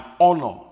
honor